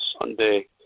Sunday